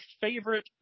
favorite